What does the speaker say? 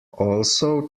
also